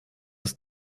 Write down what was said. das